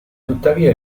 tuttavia